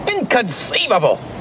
Inconceivable